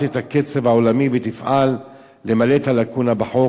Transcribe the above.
את הקצב העולמי ותפעל למלא את הלקונה בחוק.